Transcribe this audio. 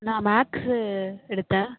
நான் மேக்ஸ் எடுத்தேன்